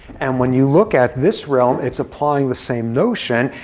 and when you look at this realm, it's applying the same notion.